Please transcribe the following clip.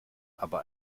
aber